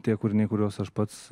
tie kūriniai kuriuos aš pats